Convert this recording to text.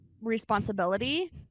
responsibility